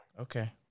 okay